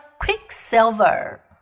quicksilver